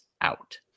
out